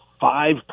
five